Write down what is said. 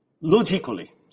Logically